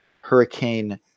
hurricane